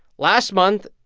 last month,